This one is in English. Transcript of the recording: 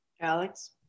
Alex